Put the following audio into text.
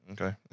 Okay